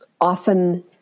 often